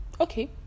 Okay